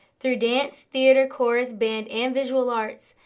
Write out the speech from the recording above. through dance, theatre, chorus, band and visual arts,